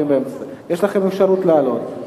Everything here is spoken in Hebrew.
יש לכם אפשרות לעלות.